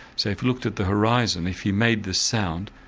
so if he looked at the horizon, if he made this sound,